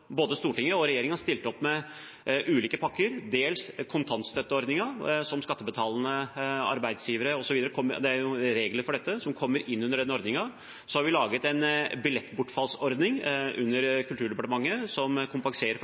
både Stortinget og regjeringen stilt opp med ulike pakker, dels en kontantstøtteordning som skattebetalende arbeidsgivere kommer inn under, det er jo regler for dette. Så har vi laget en billettbortfallsordning under Kulturdepartementet, som kompenserer for